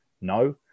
No